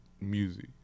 music